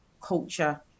culture